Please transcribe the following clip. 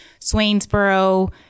Swainsboro